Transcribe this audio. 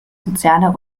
sozialer